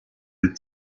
les